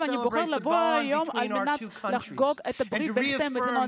בחרתי לבוא היום כדי לציין את הקשר בין שתי המדינות